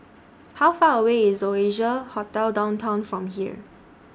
How Far away IS Oasia Hotel Downtown from here